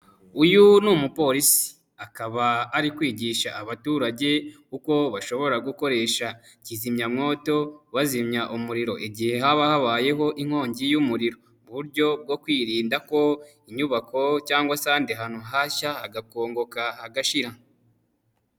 Uyu ni umupolisi, akaba ari kwigisha abaturage uko bashobora gukoresha kizimyamwoto, bazimya umuriro igihe haba habayeho inkongi y'umuriro, uburyo bwo kwirinda ko inyubako cyangwa ahandi hantu hashya, hagakongo kagashira.